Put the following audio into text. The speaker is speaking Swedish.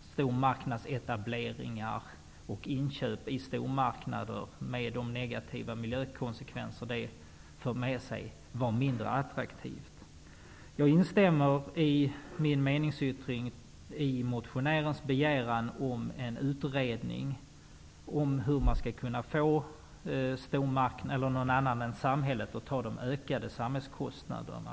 stormarknadsetableringar och inköp på stormarknader, med de negativa miljökonsekvenser det för med sig, blir mindre attraktivt. I min meningsyttring instämmer jag i motionärens begäran om en utredning om hur man skall kunna få någon annan än samhället att ta de ökade samhällskostnaderna.